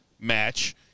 match